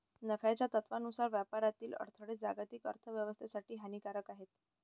नफ्याच्या तत्त्वानुसार व्यापारातील अडथळे जागतिक अर्थ व्यवस्थेसाठी हानिकारक आहेत